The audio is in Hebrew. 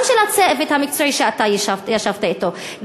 גם של הצוות המקצועי שאתה ישבת אתו,